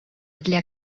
для